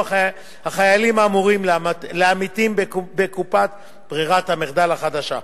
החיילים האמורים לעמיתים בקופת ברירת המחדל החדשה,